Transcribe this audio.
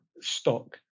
stock